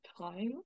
time